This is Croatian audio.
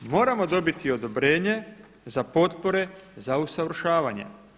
Moramo dobiti odobrenje za potpore za usavršavanje.